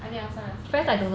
I mean I saw your status